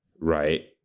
right